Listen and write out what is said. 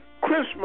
Christmas